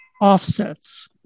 offsets